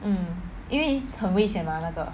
mm 因为很危险吗那个